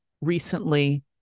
recently